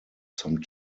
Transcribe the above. some